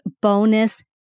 bonus